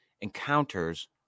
encounters